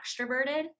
extroverted